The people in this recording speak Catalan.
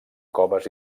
coves